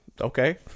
okay